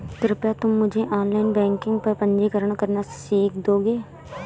कृपया तुम मुझे ऑनलाइन बैंकिंग पर पंजीकरण करना सीख दोगे?